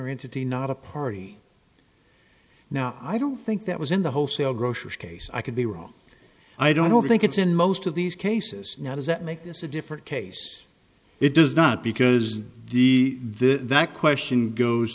entity not a party now i don't think that was in the wholesale grocers case i could be wrong i don't think it's in most of these cases now does that make this a different case it does not because the the that question goes